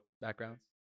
backgrounds